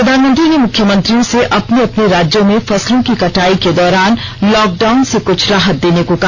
प्रधानमंत्री ने मुख्यमंत्रियों से अपने अपने राज्यों में फसलों की कटाई के दौरान लॉकडाउन से कुछ राहत देने को कहा